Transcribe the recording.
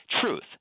truth